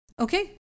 Okay